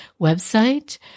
website